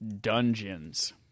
Dungeons